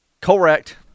Correct